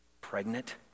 pregnant